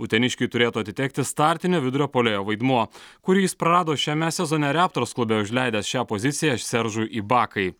uteniškiui turėtų atitekti startinio vidurio puolėjo vaidmuo kurį jis prarado šiame sezone reptors klube užleidęs šią poziciją seržui ibakai